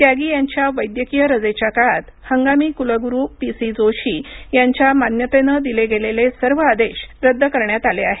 त्यागी यांच्या वैद्यकीय रजेच्या काळात हंगामी कुलगुरू पी सी जोशी यांच्या मान्यतेनं दिले गेलेले सर्व आदेश रद्द करण्यात आले आहेत